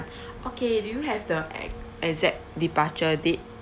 okay do you have the e~ exact departure date